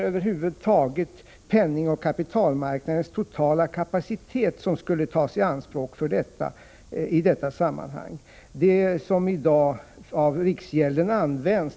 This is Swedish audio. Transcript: Det är penningoch kapitalmarknadens totala kapacitet som skall tas i anspråk i detta sammanhang.